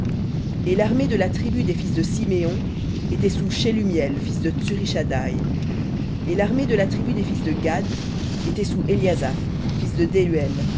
et l'armée de la tribu des fils de siméon était sous shelumiel fils de tsurishaddaï et l'armée de la tribu des fils de gad était sous éliasaph fils de